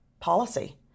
policy